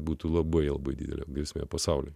būtų labai labai didelė grėsmė pasauliui